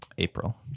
April